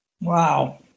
Wow